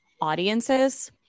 audiences